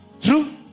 true